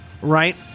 right